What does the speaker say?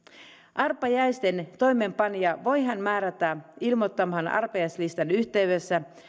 arpajaisten toimeenpanija voidaan määrätä ilmoittamaan arpajaislistan yhteydessä